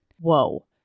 Whoa